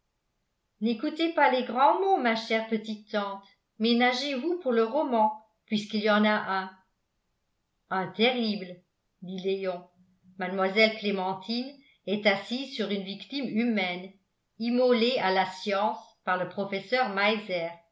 n'écoutez pas les grands mots ma chère petite tante ménagezvous pour le roman puisqu'il y en a un un terrible dit léon mlle clémentine est assise sur une victime humaine immolée à la science par le professeur